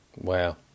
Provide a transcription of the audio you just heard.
Wow